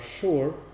sure